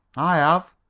i have.